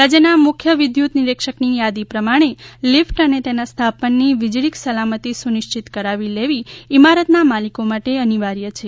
રાજ્યના મુખ્ય વિદ્યુત નિરીક્ષકની યાદી પ્રમાણે લીફટ અને તેના સ્થાપનની વીજળીક સલામતિ સુનિશ્ચિત કરાવી લેવી ઈમારતના માલિકો માટે અનિવાર્ય છે